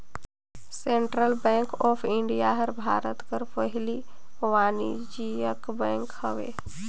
central bank of India हर भारत कर पहिल वानिज्यिक बेंक हवे